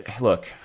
look